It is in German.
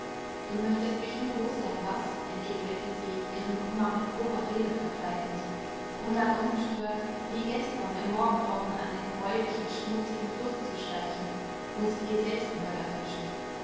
du möchtest mich nur los sein was entgegnete sie ihren kummer mit grober rede verkleidend um dann ungestört wie gestern im morgengrauen an den greulichen schmutzigen fluß zu schleichen wo sie die selbstmörder fischen